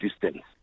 distance